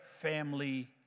family